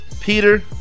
Peter